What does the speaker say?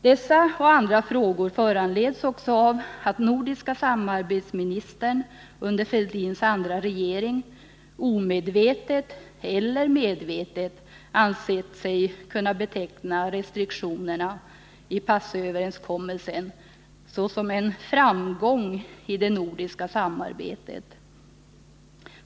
Dessa och andra frågor föranleds också av att den nordiska samarbetsministern under Thorbjörn Fälldins andra regering omedvetet eller medvetet ansett sig kunna beteckna restriktionerna i passkontrollöverenskommelsen såsom en framgång i det nordiska samarbetet.